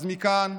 אז מכאן,